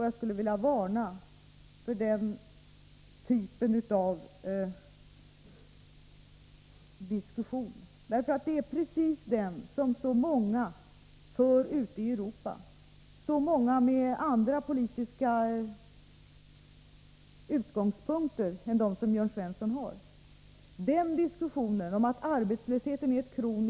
Jag skulle vilja varna för den typen av påståenden, för det är precis detsamma som så många ute i Europa med andra politiska utgångspunkter än de som Jörn Svensson har gör gällande.